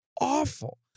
awful